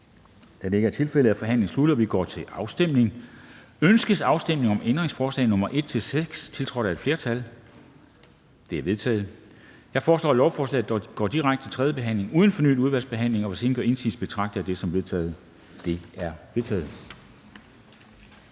for eller imod stemte 0. Ændringsforslaget er forkastet. Ønskes afstemning om ændringsforslag nr. 15-19, tiltrådt af udvalget? De er vedtaget. Jeg foreslår, at lovforslaget går direkte til tredje behandling uden fornyet udvalgsbehandling. Hvis ingen gør indsigelse, betragter jeg dette som vedtaget. Det er vedtaget.